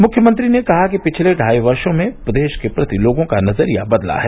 मुख्यमंत्री ने कहा कि पिछले ढाई वर्षो में प्रदेश के प्रति लोगों का नजरिया बदला है